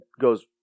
goes